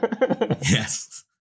Yes